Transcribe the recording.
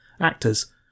actors